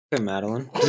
Madeline